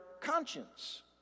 conscience